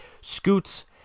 scoots